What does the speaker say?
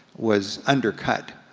was undercut.